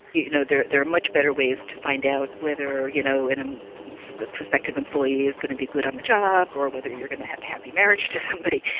you know there there are much better ways to find out whether you know and um the prospective employee is going to be good on the job, or whether you're going to have a happy marriage to somebody,